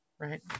right